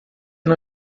não